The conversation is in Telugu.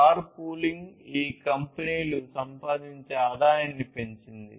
కార్ పూలింగ్ ఈ కంపెనీలు సంపాదించే ఆదాయాన్ని పెంచింది